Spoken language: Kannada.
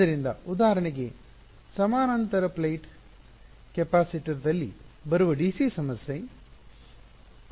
ಆದ್ದರಿಂದ ಉದಾಹರಣೆಗೆ ಸಮಾನಾಂತರ ಪ್ಲೇಟ್ ಕೆಪಾಸಿಟರ್ ದಲ್ಲಿ ಬರುವ ಡಿಸಿ ಸಮಸ್ಯೆ